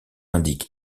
indique